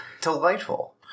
Delightful